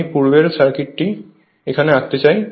আমি পূর্বের সার্কিটটি এখানে আঁকতে চাই